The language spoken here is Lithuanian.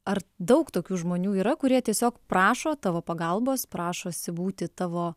ar daug tokių žmonių yra kurie tiesiog prašo tavo pagalbos prašosi būti tavo